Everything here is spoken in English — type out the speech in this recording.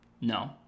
No